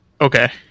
Okay